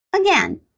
Again